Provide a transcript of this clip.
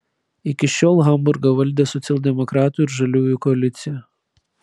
iki šiol hamburgą valdė socialdemokratų ir žaliųjų koalicija